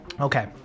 Okay